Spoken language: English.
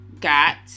got